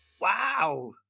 Wow